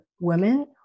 women